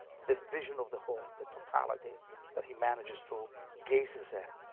the vision of the whole, the totality that he manages to gazes at.